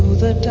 the